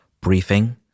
briefing